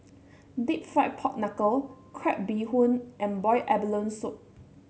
deep fried Pork Knuckle Crab Bee Hoon and Boiled Abalone Soup